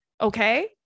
Okay